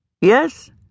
Yes